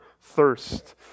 thirst